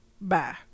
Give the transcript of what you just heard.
bye